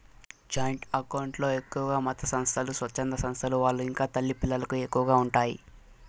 joint account లో ఎక్కువగా మతసంస్థలు, స్వచ్ఛంద సంస్థల వాళ్ళు ఇంకా తల్లి పిల్లలకు ఎక్కువగా ఉంటాయి